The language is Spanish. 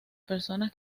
personas